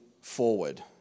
forward